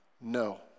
No